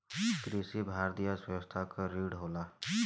कृषि भारतीय अर्थव्यवस्था क रीढ़ होला